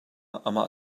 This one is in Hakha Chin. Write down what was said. amah